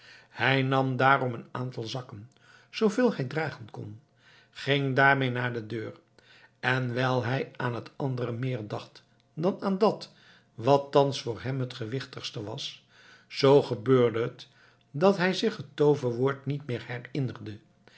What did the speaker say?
hij nam daarom een aantal zakken zooveel hij dragen kon ging daarmee naar de deur en wijl hij aan al t andere meer dacht dan aan dat wat thans voor hem het gewichtigste was zoo gebeurde het dat hij zich het tooverwoord niet meer